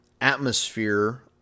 atmosphere